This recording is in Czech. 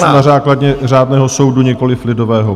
Na základě řádného soudu, nikoli lidového.